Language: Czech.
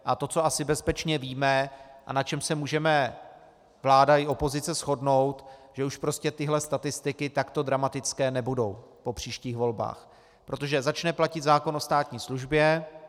A to, co asi bezpečně víme a na čem se můžeme vláda i opozice shodnout, že už prostě tyhle statistiky takto dramatické nebudou po příštích volbách, protože začne platit zákon o státní službě.